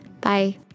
Bye